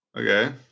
Okay